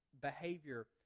behavior